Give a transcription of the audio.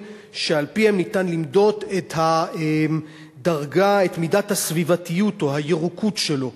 שעל-פיהם ניתן למדוד את מידת הסביבתיות או ה"ירוֹקוּת" שלו,